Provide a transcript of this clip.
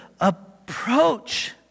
approach